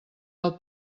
del